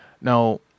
Now